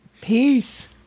Peace